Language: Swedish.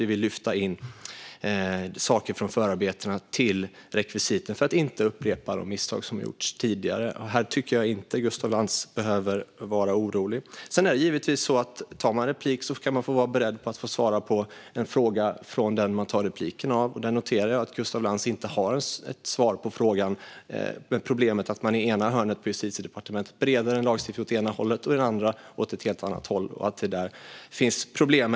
Vi vill lyfta in saker från förarbetena till rekvisiten för att de misstag som tidigare har gjorts inte ska upprepas. Här tycker jag inte att Gustaf Lantz behöver vara orolig. Sedan är det givetvis så att om man tar replik får man vara beredd på att svara på en fråga från den man tar replik på. Där noterar jag att Gustaf Lantz inte har något svar på frågan om problemet med att man i ena hörnet på Justitiedepartementet bereder en lagstiftning åt ena hållet och i det andra hörnet bereder den åt ett helt annat håll.